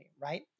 right